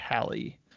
Pally